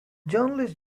journalist